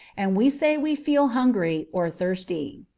and we say we feel hungry or thirsty.